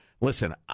Listen